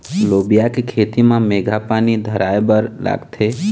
लोबिया के खेती म केघा पानी धराएबर लागथे?